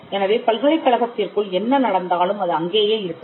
எனவே பல்கலைக்கழகத்திற்குள் என்ன நடந்தாலும் அது அங்கேயே இருக்காது